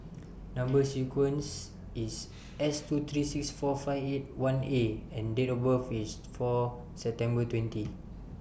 Number sequence IS S two three six four five eight one A and Date of birth IS four September twenty